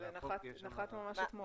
לגמרי, זה נחת ממש אתמול.